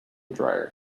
dryer